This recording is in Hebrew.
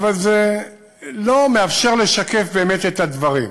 אבל זה לא מאפשר לשקף באמת את הדברים.